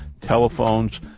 telephones